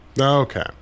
Okay